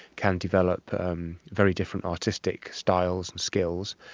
can develop very different artistic styles and skills.